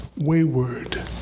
wayward